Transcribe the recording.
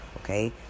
Okay